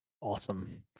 Awesome